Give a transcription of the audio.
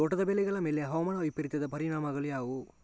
ತೋಟದ ಬೆಳೆಗಳ ಮೇಲೆ ಹವಾಮಾನ ವೈಪರೀತ್ಯದ ಪರಿಣಾಮಗಳು ಯಾವುವು?